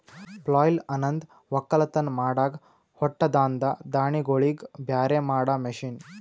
ಪ್ಲಾಯ್ಲ್ ಅನಂದ್ ಒಕ್ಕಲತನ್ ಮಾಡಾಗ ಹೊಟ್ಟದಾಂದ ದಾಣಿಗೋಳಿಗ್ ಬ್ಯಾರೆ ಮಾಡಾ ಮಷೀನ್